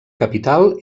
capital